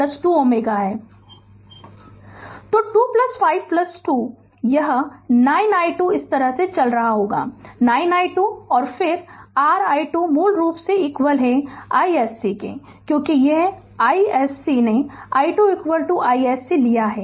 Refer Slide Time 3455 तो 252 तो यह 9 i2 इस तरह चल रहा होगा 9 i2 और फिर और r i2 मूल रूप से iSC क्योंकि यह iSC ने i2 i s c लिया है